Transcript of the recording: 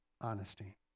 honesty